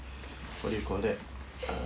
what do you call that uh